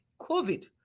covid